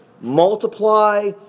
multiply